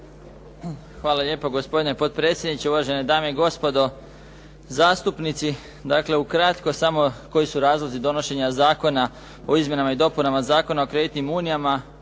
Hvala lijepo gospodine potpredsjedniče, uvažene dame i gospodo zastupnici. Dakle, ukratko samo koji su razlozi donošenja Zakona o izmjenama i dopunama Zakona o kreditnim unijama